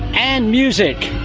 and music.